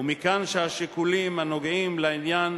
ומכאן שהשיקולים הנוגעים לעניין